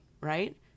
right